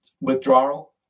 withdrawal